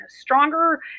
stronger